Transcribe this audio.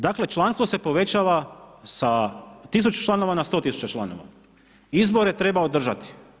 Dakle, članstvo se povećava sa tisuću članova na 100 tisuća članova, izbore treba održati.